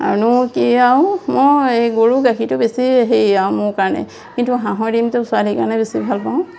আৰু নো কি আও মই এই গৰু গাখীৰটো বেছি হেৰি আও মোৰ কাৰণে কিন্তু হাঁহৰ ডিমটো ছোৱালী কাৰণে বেছি ভাল পাওঁ